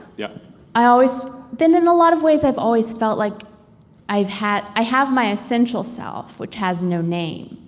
yeah i always. then in a lot of ways i've always felt like i've had. i have my essential self, which has no name.